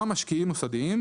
"משקיעים מוסדיים",